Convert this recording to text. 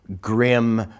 grim